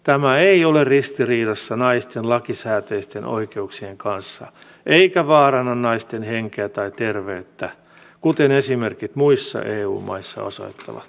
tämä ei ole ristiriidassa naisten lakisääteisten oikeuksien kanssa eikä vaaranna naisten henkeä tai terveyttä kuten esimerkit muissa eu maissa osoittavat